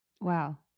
Wow